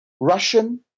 Russian